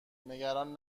نگران